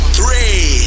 three